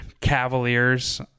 Cavaliers